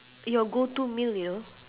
your go-to meal you know